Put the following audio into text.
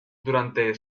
durante